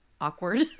awkward